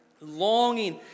longing